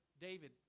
David